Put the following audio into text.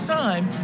time